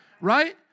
right